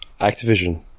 Activision